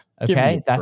Okay